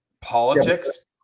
politics